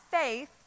faith